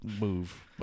move